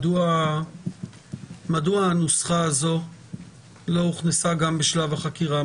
מדוע הנוסחה הזאת לא הוכנסה גם בשלב החקירה?